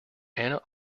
anna